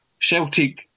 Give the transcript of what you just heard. Celtic